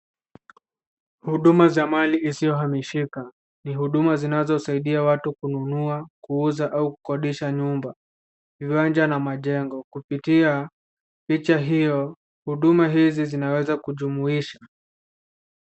Huduma za mali isiyohamishika ni huduma zinazosaidia watu kununua, kuuza au kukodisha nyumba, viwanja na majengo. Kupitia picha hiyo huduma hizi zinaweza kujumuisha.